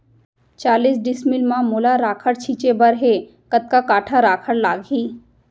चालीस डिसमिल म मोला राखड़ छिंचे बर हे कतका काठा राखड़ लागही?